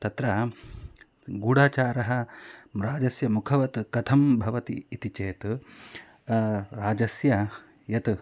तत्र गूढचारः राजस्य मुखवत् कथं भवति इति चेत् राजस्य यत्